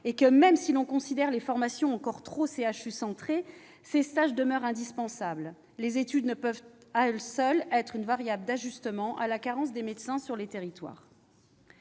Même si l'on considère que les formations sont encore trop « CHU-centrées », ces stages demeurent indispensables. Les études ne peuvent à elles seules être une variable d'ajustement pour compenser la carence des médecins sur les territoires.